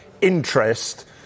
interest